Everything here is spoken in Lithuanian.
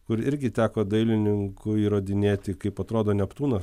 kuri irgi teko dailininkui įrodinėti kaip atrodo neptūnas